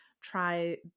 try